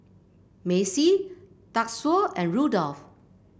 Macey Tatsuo and Rudolf